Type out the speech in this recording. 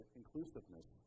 inclusiveness